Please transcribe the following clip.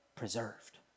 preserved